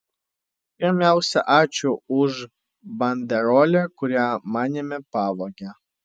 pirmiausia ačiū už banderolę kurią manėme pavogė